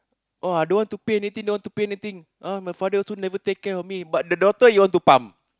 oh I don't want to pay anything don't want to pay anything uh my father also never take care of me but the daughter you want to pump